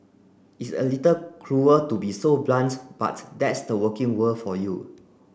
it's a little cruel to be so blunt but that's the working world for you